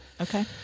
Okay